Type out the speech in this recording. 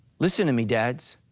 listen to me dads,